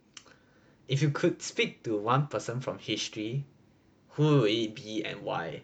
if you could speak to one person from history who would it be and why